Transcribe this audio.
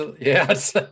yes